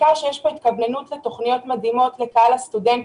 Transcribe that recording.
ניכר שיש פה התכווננות ותוכניות מדהימות לקהל הסטודנטים,